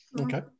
Okay